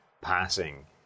passing